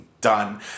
Done